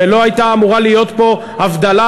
ולא הייתה אמורה להיות פה הבדלה,